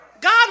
God